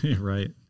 Right